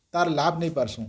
ତାର୍ ଲାଭ୍ ନେଇପାରୁଛୁ